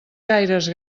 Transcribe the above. gaires